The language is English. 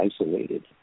isolated